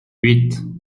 huit